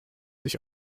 sich